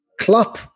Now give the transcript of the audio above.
Klopp